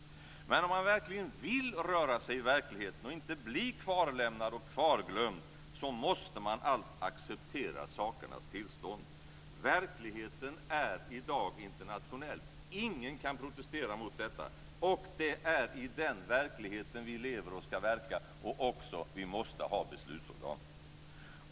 Men om man verkligen vill röra sig i verkligheten och inte bli kvarlämnad och kvarglömd måste man allt acceptera sakernas tillstånd. Verkligheten är i dag internationell. Ingen kan protestera mot detta. Och det är i den verkligheten vi lever och ska verka, och vi måste också ha beslutsorgan.